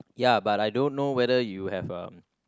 ya but I don't know whether you have uh